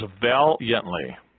valiantly